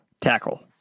Tackle